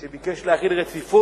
והוא ביקש להחיל רציפות.